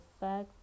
fact